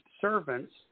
servants